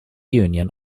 union